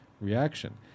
reaction